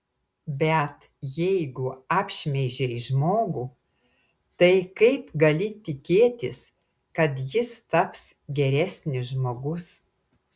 bet jeigu apšmeižei žmogų tai kaip gali tikėtis kad jis taps geresnis žmogus